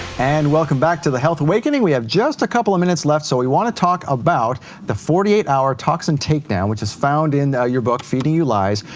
and welcome back to the health awakening. we have just a couple of minutes left, so we wanna talk about the forty eight hour toxin take down which is found in your book feeding you lies.